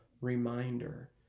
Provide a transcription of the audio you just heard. reminder